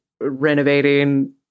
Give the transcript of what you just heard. renovating